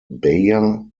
beyer